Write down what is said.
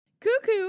Cuckoo